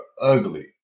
ugly